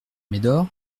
médor